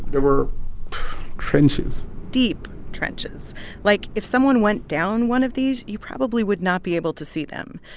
there were trenches deep trenches like, if someone went down one of these, you probably would not be able to see them.